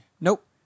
Nope